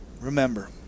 Remember